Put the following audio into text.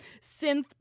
synth